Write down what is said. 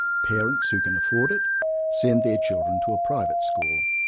parents who can afford it send their children to a private school,